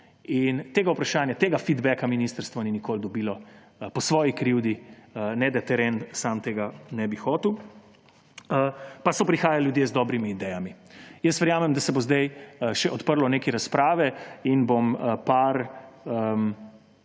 Tega vprašanja, tega feedbacka ministrstvo ni nikoli dobilo po svoji krivdi; ne, da teren sam tega ne bi hotel. Pa so prihajal ljudje z dobrimi idejami. Verjamem, da se bo zdaj še odprlo nekaj razprave in bom par